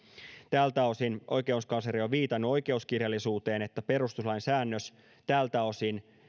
tältä osin oikeuskansleri on viitannut oikeuskirjallisuuteen perustuslain säännös tältä osin